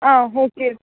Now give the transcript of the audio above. आं ऑके